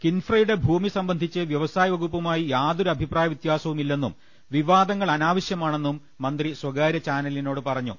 കിൻഫ്രയുടെ ഭൂമി സംബന്ധിച്ച് വ്യവസായ വകുപ്പുമായി യാതൊരു അഭിപ്രായവ്യത്യാസവുമില്ലെന്നും വിവാദങ്ങൾ അനാവശൃമാണെന്നും മന്ത്രി സ്വകാരൃ ചാനലിനോട് പറഞ്ഞു